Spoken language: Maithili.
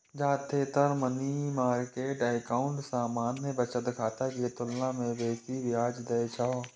जादेतर मनी मार्केट एकाउंट सामान्य बचत खाता के तुलना मे बेसी ब्याज दै छै